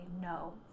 no